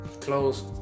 Close